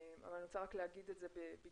אבל אני רוצה רק לומר את זה בקצרה